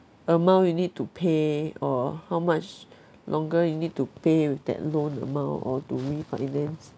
amount you need to pay or how much longer you need to pay with that loan amount or to refinance